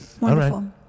Wonderful